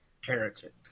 Heretic